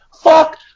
Fuck